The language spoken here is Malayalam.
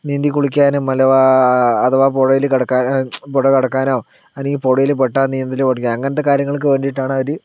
നീന്തിക്കുളിക്കാനും അഥവാ പുഴയിൽ കടക്കാനോ പുഴ കടക്കാനോ അല്ലെങ്കിൽ പുഴയിൽ പെട്ടാൽ നീന്തൽ പഠിക്കാനോ അങ്ങനത്തെ കാര്യങ്ങൾക്കൊക്കെ വേണ്ടിയിട്ടാണ് അവർ